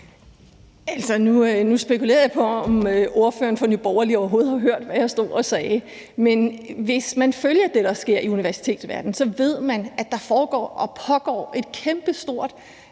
Nu spekulerer jeg på, om ordføreren fra Nye Borgerlige overhovedet har hørt, hvad jeg stod og sagde. Men vis man følger det, der sker i universitetsverdenen, så ved man, at der foregår et kæmpestort